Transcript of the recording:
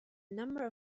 number